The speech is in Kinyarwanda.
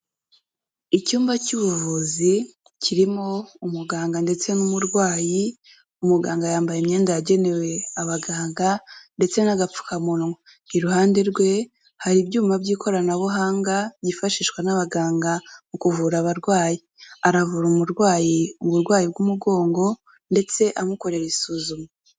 Icyumba cy'ubuvuzi kirimo umuganga ndetse n'umurwayi, umuganga yambaye imyenda yagenewe abaganga ndetse n'agapfukamunwa. Iruhande rwe hari ibyuma by'ikoranabuhanga, byifashishwa n'abaganga mu kuvura abarwayi, aravura umurwayi uburwayi bw'umugongo ndetse amukorera isuzuma.